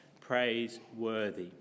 praiseworthy